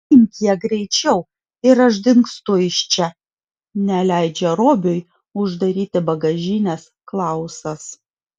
imk ją greičiau ir aš dingstu iš čia neleidžia robiui uždaryti bagažinės klausas